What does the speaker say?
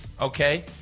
Okay